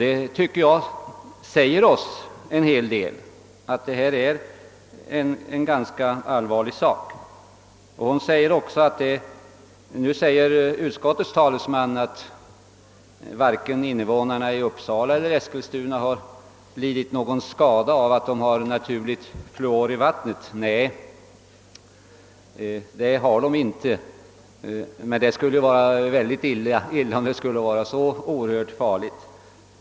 Det tycker jag säger oss att detta är en mycket allvarlig sak. Utskottets talesman säger att varken invånarna i Uppsala eller i Eskilstuna har lidit någon skada av att det finns naturlig fluor i vattnet. Nej, någon skada har de inte lidit, och det skulle ju vara väldigt illa om fluoren skulle vara så farlig.